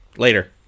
later